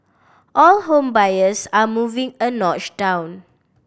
all home buyers are moving a notch down